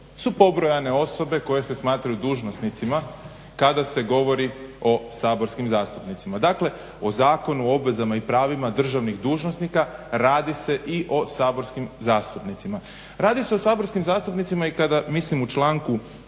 su pobrojane osobe koje se smatraju dužnosnicima kada se govori o saborskim zastupnicima. Dakle, u Zakonu o obvezama i pravima državnih dužnosnika radi se i o saborskim zastupnicima. Radi se o saborskim zastupnicima i kada mislim u članku